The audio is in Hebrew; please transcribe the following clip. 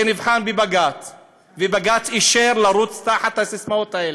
זה נבחן בבג"ץ ובג"ץ אישר לרוץ תחת הססמאות האלה.